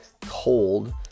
cold